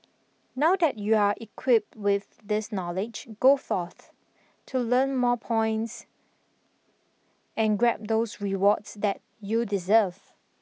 now that you're equipped with this knowledge go forth to earn more points and grab those rewards that you deserve